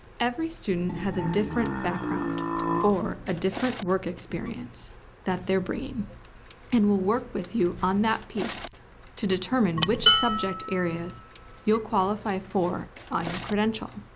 every student has a different background or a different work experience that they're bringing and we'll work with you on that piece to determine which subjects areas you'll qualify for on your credential.